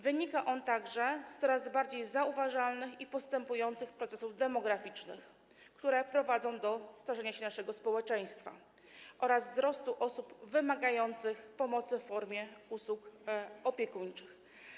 Wynika on także z coraz bardziej zauważalnych i postępujących procesów demograficznych, które prowadzą do starzenia się naszego społeczeństwa, oraz wzrostu liczby osób wymagających pomocy w formie usług opiekuńczych.